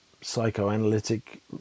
psychoanalytic